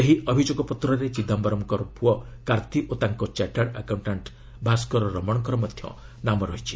ସେହି ଅଭିଯୋଗ ପତ୍ରରେ ଚିଦାମ୍ଘରମ୍ଙ୍କ ପୁଅ କାର୍ତ୍ତି ଓ ତାଙ୍କ ଚାର୍ଟାର୍ଡ ଆକାଉଣ୍ଟାଣ୍ଟ ଭାସ୍କର ରମଣଙ୍କର ମଧ୍ୟ ନାମ ରହିଛି